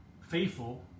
faithful